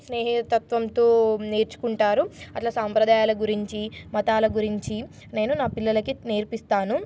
స్నేహ తత్వంతో నేర్చుకుంటారు అలా సాంప్రదాయాల గురించి మతాల గురించి నేను నా పిల్లలకి నేర్పిస్తాను